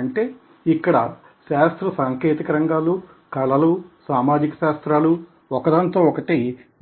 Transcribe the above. అంటే ఇక్కడ శాస్త్ర సాంకేతిక రంగాలు కళలు సామాజిక శాస్త్రాలు ఒకదానితో ఒకటి